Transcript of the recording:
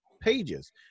pages